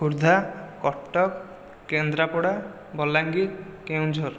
Khordha Cuttack Kendrapara Balangir Keonjhar